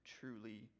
truly